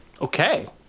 okay